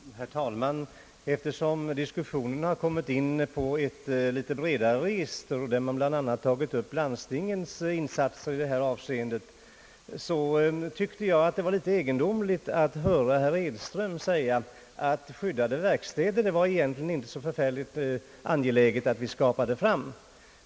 Herr talman! Eftersom diskussionen har kommit in på ett litet bredare register, där bland annat landstingets insatser i detta avseende tagits upp, tyckte jag det var litet egendomligt att höra herr Edström säga att man egentligen inte var så angelägen att skapa fram skyddade verkstäder.